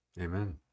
amen